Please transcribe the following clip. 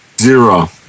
zero